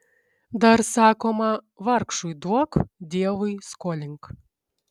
dar sakoma vargšui duok dievui skolink